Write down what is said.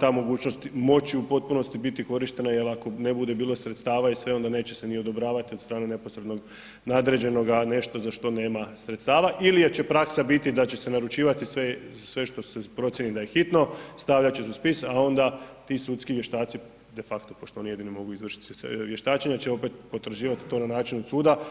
ta mogućnost moći u potpunosti biti korištena jel ako ne bude bilo sredstava onda se neće ni odobravati od strane neposr3ednog nadređenoga nešto za što nema sredstava ili će praksa biti da će se naručivati sve što se procijeni da je hitno, stavljat će se u spis, a onda ti sudski vještaci de facto pošto oni jedini mogu izvršiti vještačenje će opet potraživati i to na način od suda.